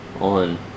on